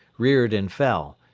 reared and fell,